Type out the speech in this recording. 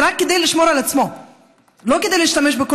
רק כדי לשמור על עצמו.